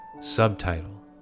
subtitle